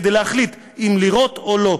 כדי להחליט אם לירות או לא,